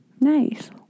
Nice